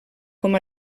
com